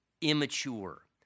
Immature